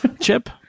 chip